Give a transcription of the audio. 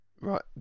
Right